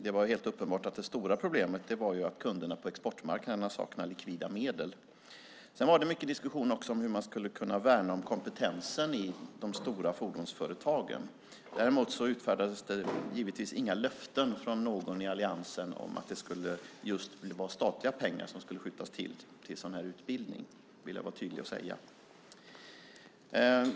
Det var helt uppenbart att det stora problemet var att kunderna på exportmarknaderna saknar likvida medel. Det var också mycket diskussion om hur man ska kunna värna om kompetensen i de stora fordonsföretagen. Däremot utfärdades det givetvis inga löften från någon i alliansen om att det skulle vara statliga pengar som skulle skjutas till för utbildning. Det vill jag tydligt säga.